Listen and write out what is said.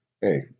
hey